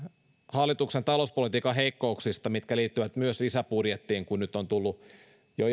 hallituksen talouspolitiikan heikkouksista mitkä liittyvät myös lisäbudjettiin kun nyt on tullut jo